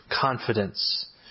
confidence